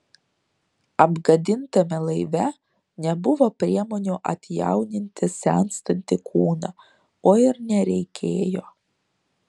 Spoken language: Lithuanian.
apgadintame laive nebuvo priemonių atjauninti senstantį kūną o ir nereikėjo